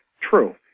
True